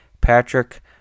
Patrick